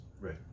Right